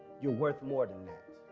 you're worth more than that.